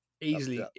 easily